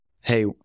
hey